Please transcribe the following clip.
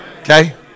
Okay